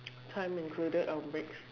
time included our breaks